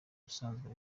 usanzwe